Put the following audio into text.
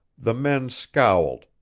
the men scowled,